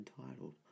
entitled